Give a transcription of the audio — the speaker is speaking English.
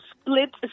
split